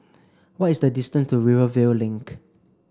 what is the distance to Rivervale Link